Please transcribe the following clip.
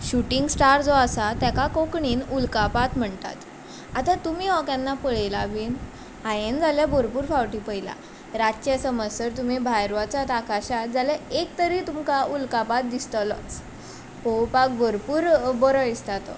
shooting star जो आसा तेका कोंकणीन उल्कापात म्हणटात आतां तुमी हो केन्ना पळयला बीन हांयेन जाल्यार भरपूर फावटी पयला रातचे समज जर तुमी भायर वचत आकाशांत जाल्यार एक तरी तुमकां उल्कापात दिसतलोच पोवपाक भरपूर बरो दिसता तो